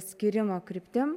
skyrimo kryptim